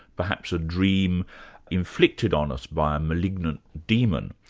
perhaps a dream inflicted on us by a malignant demon?